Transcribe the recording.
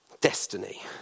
Destiny